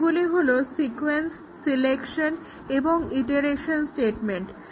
সেগুলি হলো sequence selection এবং ইটেরেশন স্টেটমেন্ট